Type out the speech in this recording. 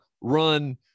run